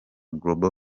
global